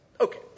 Okay